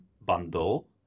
bundle